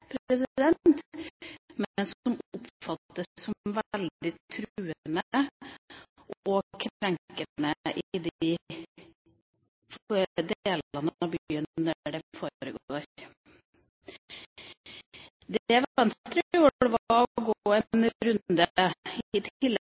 oppfattes som veldig truende og krenkende i de delene av byen der det foregår. Det Venstre gjorde, var å gå en runde,